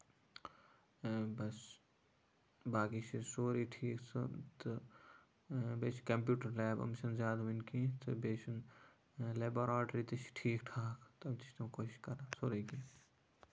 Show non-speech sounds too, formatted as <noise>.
بَس باقٕے چھُ سورُے ٹھیٖک سُہ تہٕ بیٚیہِ چھِ کمپیوٗٹر لیب یِم چھِنہٕ زیادٕ وٕنہِ کیٚنہہ تہٕ بیٚیہِ چھُ لیبروٹری تہِ چھِ ٹھیٖک ٹھاکھ تِم چھِ تِم <unintelligible> کران سورُے کیٚنہہ